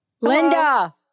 Linda